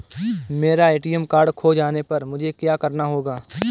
मेरा ATM card खो जाने पर मुझे क्या करना होगा?